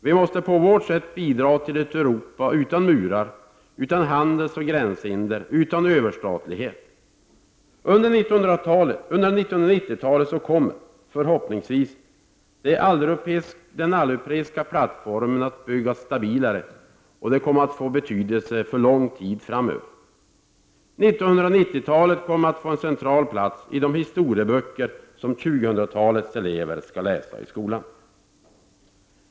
Vi måste på vårt sätt bidra till ett Europa utan murar, utan handelsoch gränshinder, utan överstatlighet. Under 1990-talet kommer, förhoppningsvis, den alleuropeiska plattformen att byggas stabilare, och den kommer att få betydelse för lång tid framöver. 1990-talet kommer att få en central plats i de historieböcker som 2000-talets elever skall läsa i skolan.